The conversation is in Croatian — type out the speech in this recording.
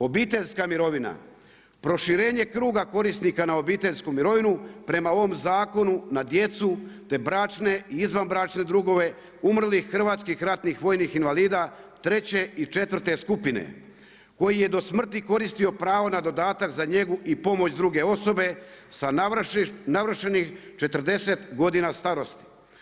Obiteljska mirovina, proširenje kruga korisnika na obiteljsku mirovinu prema ovom zakonu na djecu te bračne i izvanbračne drugove, umrlih hrvatskih ratnih vojnih invalida treće i četvrte skupine koji je do smrti koristio pravo na dodatak za njegu i pomoć druge osobe sa navršenih 40 godina starosti.